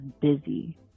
busy